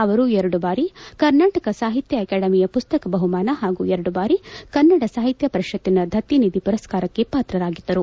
ಅವರು ಎರಡು ಬಾರಿ ಕರ್ನಾಟಕ ಸಾಹಿತ್ಯ ಅಕಾಡೆಮಿಯ ಮಸ್ತಕ ಬಹುಮಾನ ಹಾಗೂ ಎರಡು ಬಾರಿ ಕನ್ನಡ ಸಾಹಿತ್ಯ ಪರಿಷತ್ತಿನ ದತ್ತಿನಿಧಿ ಮರಸ್ಕಾರಕ್ಕೆ ಪಾತ್ರರಾಗಿದ್ದರು